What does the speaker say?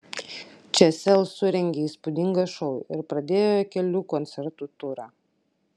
čia sel surengė įspūdingą šou ir pradėjo kelių koncertų turą